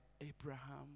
Abraham